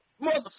Mother